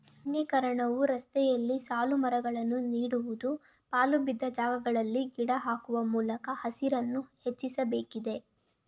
ಅರಣ್ಯೀಕರಣವು ರಸ್ತೆಯಲ್ಲಿ ಸಾಲುಮರಗಳನ್ನು ನೀಡುವುದು, ಪಾಳುಬಿದ್ದ ಜಾಗಗಳಲ್ಲಿ ಗಿಡ ಹಾಕುವ ಮೂಲಕ ಹಸಿರನ್ನು ಹೆಚ್ಚಿಸಬೇಕಿದೆ